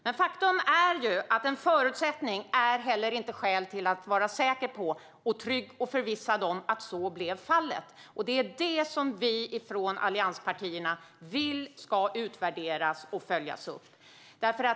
Men faktum är ju att en förutsättning inte heller är skäl till att vara säker på och trygg och förvissad om att så blev fallet, och det är det som vi från allianspartierna vill ska utvärderas och följas upp.